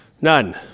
None